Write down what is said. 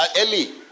early